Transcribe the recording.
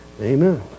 Amen